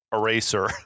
Eraser